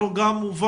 בוודאי.